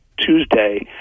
Tuesday